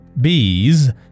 bees